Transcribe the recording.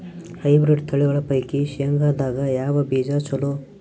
Hybrid ತಳಿಗಳ ಪೈಕಿ ಶೇಂಗದಾಗ ಯಾವ ಬೀಜ ಚಲೋ?